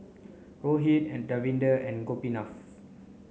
Rohit Davinder and Gopinath